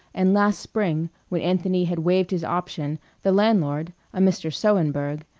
and last spring when anthony had waived his option the landlord, a mr. sohenberg,